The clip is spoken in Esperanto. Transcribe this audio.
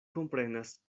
komprenas